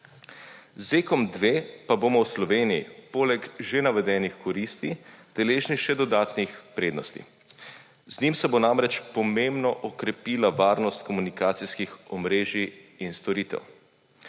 Z ZEKom-2 pa bomo v Sloveniji, poleg že navedenih koristi, deležni še dodatnih prednosti. Z njim se bo namreč pomembno okrepila varnost komunikacijskih omrežij in storitev.